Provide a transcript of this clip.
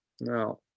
No